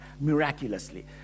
miraculously